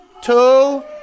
Two